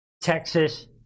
Texas